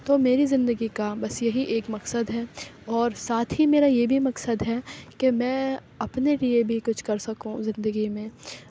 تو میری زندگی کا بس یہی ایک مقصد ہے اور ساتھ ہی میرا یہ بھی مقصد ہے کہ میں اپنے لیے بھی کچھ کر سکوں زندگی میں